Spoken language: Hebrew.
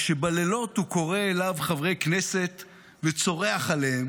רק שבלילות הוא קורא אליו חברי כנסת וצורח עליהם